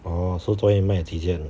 oh so 昨天你卖了几件